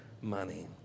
money